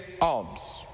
alms